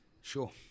sure